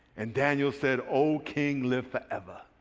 and daniel said, oh, king, live forever.